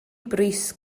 bris